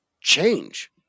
change